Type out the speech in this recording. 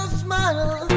smile